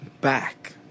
back